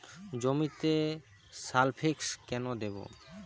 জমিতে সালফেক্স কেন দেবো?